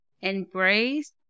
embrace